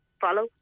follow